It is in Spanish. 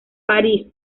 parís